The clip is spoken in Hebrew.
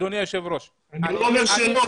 אני לא אומר שלא.